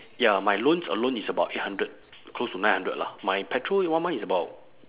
ya my loans alone is about eight hundred close to nine hundred lah my petrol one month is about